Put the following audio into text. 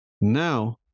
Now